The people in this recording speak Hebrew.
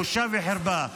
בושה וחרפה.